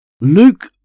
Luke